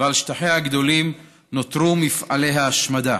ועל שטחיה הגדולים נותרו מפעלי ההשמדה.